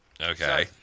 Okay